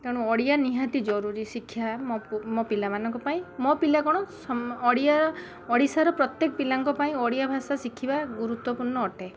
ତେଣୁ ଓଡ଼ିଆ ନିହାତି ଜରୁରୀ ଶିକ୍ଷା ମୋ ପିଲାମାନଙ୍କ ପାଇଁ ମୋ ପିଲା କ'ଣ ଓଡ଼ିଆ ଓଡ଼ିଶାର ପ୍ରତ୍ୟେକ ପିଲାଙ୍କ ପାଇଁ ଓଡ଼ିଆ ଭାଷା ଶିଖିବା ଗୁରୁତ୍ୱପୂର୍ଣ୍ଣ ଅଟେ